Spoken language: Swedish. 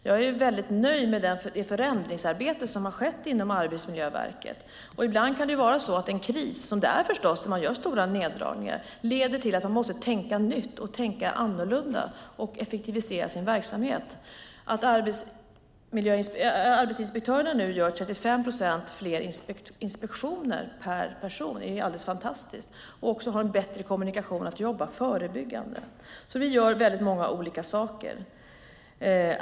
Jag är mycket nöjd med det förändringsarbete som har skett inom Arbetsmiljöverket. Ibland kan det vara så att en kris, som det förstås är när man göra stora neddragningar, leder till att man måste tänka nytt och tänka annorlunda och effektivisera sin verksamhet. Att inspektörerna nu gör 35 procent fler inspektioner per person är fantastiskt. De har också en bättre kommunikation för att kunna jobba förebyggande. Vi gör alltså många olika saker.